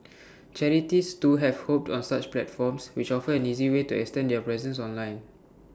charities too have hopped on such platforms which offer an easy way to extend their presence online